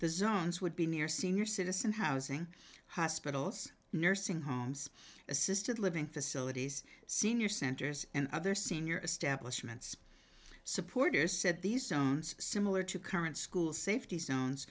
zones would be near senior citizens housing hospitals nursing homes assisted living facilities senior centers and other senior establishments supporters said the zones similar to current school safety zones